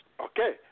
Okay